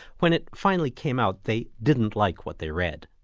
when it finally came out, they didn't like what they read.